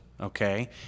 okay